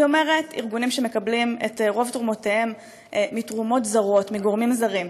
היא אומרת: ארגונים שמקבלים את רוב תרומותיהם מגורמים זרים.